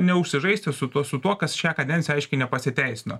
neužsižaisti su tuo su tuo kas šią kadenciją aiškiai nepasiteisino